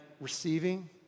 receiving